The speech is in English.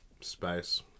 Space